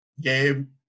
Gabe